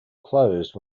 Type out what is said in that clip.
closed